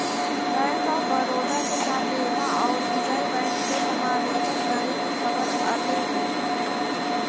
bank of Baroda के साथ देना औउर विजय बैंक के समामेलन करे के खबर अले हई